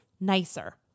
nicer